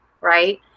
right